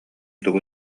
тугу